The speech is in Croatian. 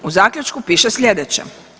U zaključku piše slijedeće.